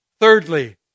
Thirdly